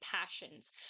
passions